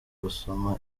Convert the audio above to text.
gusoma